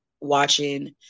watching